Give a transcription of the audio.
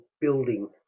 building